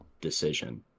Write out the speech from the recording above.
decision